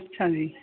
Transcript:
ਅੱਛਾ ਜੀ